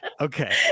Okay